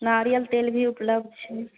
नारियल तेल भी उपलब्ध छै